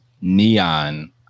neon